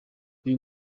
uyu